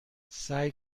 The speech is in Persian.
سعی